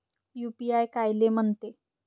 UPI कायले म्हनते?